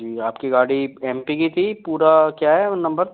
जी आपकी गाड़ी M P की थी पूरा क्या है नंबर